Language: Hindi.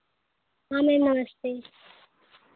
हाँ मैम नमस्ते